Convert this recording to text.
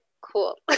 cool